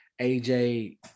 AJ